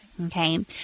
Okay